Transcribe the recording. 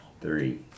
Three